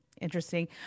interesting